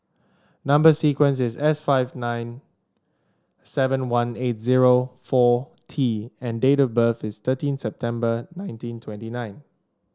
number sequence is S five nine seven one eight zero four T and date of birth is thirteen September nineteen twenty nine